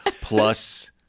plus